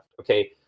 Okay